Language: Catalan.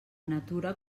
natura